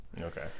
Okay